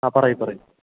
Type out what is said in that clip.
ആ പറയൂ പറയൂ